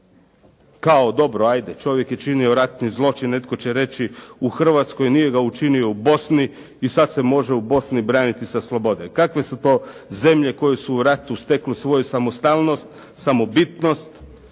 Kao dobro, hajde, čovjek je činio ratni zločin, netko će reći u Hrvatskoj, nije ga učinio u Bosni i sad se može u Bosni braniti sa slobode. Kakve su to zemlje koje su u ratu stekli svoju samostalnost, samobitnost,